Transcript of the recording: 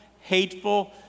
hateful